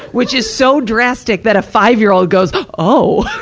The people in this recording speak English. which is so drastic that a five-year-old goes, oh!